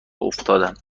افتادم